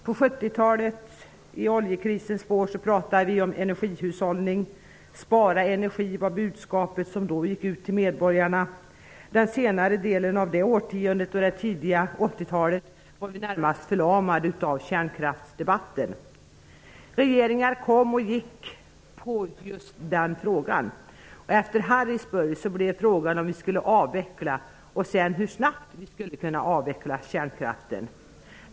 På 70-talet -- i oljekrisernas spår -- pratade vi om energihushållning. Spara energi var det budskap som gick ut till medborgarna. Den senare delen av det årtiondet och det tidiga 80-talet var vi närmast förlamade av kärnkraftsdebatten. Regeringar kom och gick på just den frågan. Efter Harrisburg blev frågan om vi skulle avveckla och sedan hur snabbt vi skulle kunna avveckla kärnkraften.